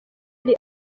ari